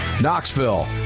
Knoxville